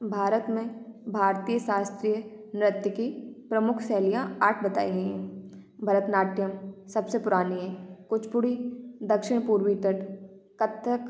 भारत में भारतीय शास्त्रीय नृत्य की प्रमुख शैलियाँ आठ बताई गई हैं भरतनाट्यम सबसे पुरानी है कुचपुड़ी दक्षिण पूर्वी तट कत्थक